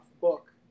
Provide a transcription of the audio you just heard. book